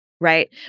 right